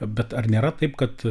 bet ar nėra taip kad